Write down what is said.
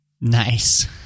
Nice